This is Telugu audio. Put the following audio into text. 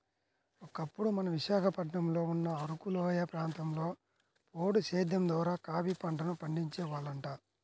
ఒకప్పుడు మన విశాఖపట్నంలో ఉన్న అరకులోయ ప్రాంతంలో పోడు సేద్దెం ద్వారా కాపీ పంటను పండించే వాళ్లంట